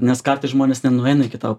nes kartais žmonės nenueina iki tavo